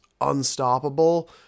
unstoppable